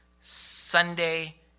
Sunday